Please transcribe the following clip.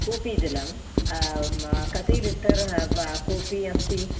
कूपीजलं कति लिटर् ब कूपी अस्ति